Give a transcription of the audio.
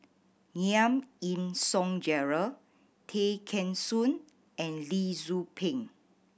Giam Yean Song Gerald Tay Kheng Soon and Lee Tzu Pheng